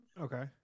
okay